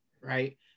right